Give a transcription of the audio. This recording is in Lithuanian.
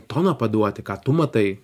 toną paduoti ką tu matai